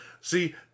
See